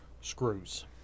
screws